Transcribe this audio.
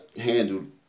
handled